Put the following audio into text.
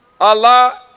Allah